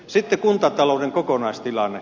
sitten kuntatalouden kokonaistilanne